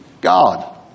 God